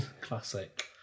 Classic